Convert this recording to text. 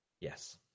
Yes